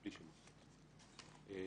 א.כ.: